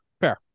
fair